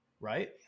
Right